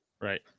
Right